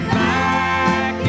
back